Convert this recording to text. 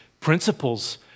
principles